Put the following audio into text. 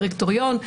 דירקטוריון.